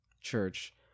church